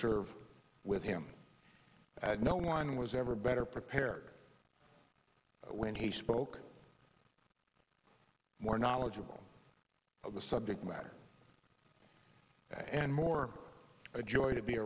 serve with him that no one was ever better prepared when he spoke more knowledgeable of the subject matter and more a joy to be